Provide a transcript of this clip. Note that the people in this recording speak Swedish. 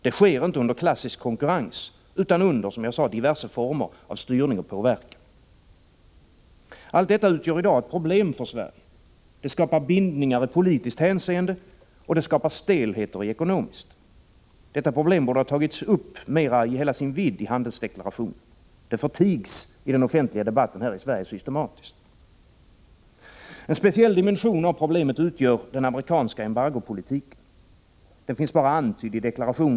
Det sker inte under klassisk konkurrens, utan under diverse former av styrning och påverkan. Allt detta utgör i dag ett problem för Sverige. Det skapar bindningar i politiskt hänseende, och det skapar stelheter i ekonomiskt. Detta problem borde ha tagits upp i hela sin vidd i handelsdeklarationen. Det förtigs systematiskt i den offentliga debatten här i Sverige. En speciell dimension av problemet utgör den amerikanska embargopolitiken. Den finns bara antydd i deklarationen.